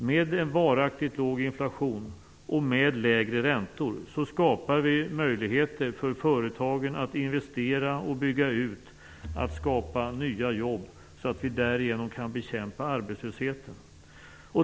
Med en varaktigt låg inflation och med lägre räntor skapar vi möjligheter för företagen att investera, bygga ut och skapa nya jobb, så att vi därigenom kan bekämpa arbetslösheten.